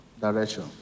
direction